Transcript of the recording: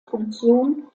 funktion